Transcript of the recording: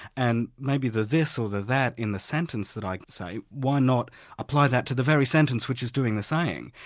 and maybe the this or the that in the sentence i say, why not apply that to the very sentence which is doing the same.